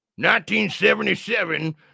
1977